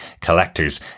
collectors